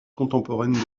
contemporaine